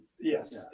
Yes